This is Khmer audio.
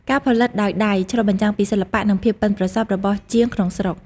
ការផលិតដោយដៃឆ្លុះបញ្ចាំងពីសិល្បៈ និងភាពប៉ិនប្រសប់របស់ជាងក្នុងស្រុក។